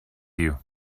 you